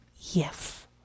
Yes